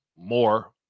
more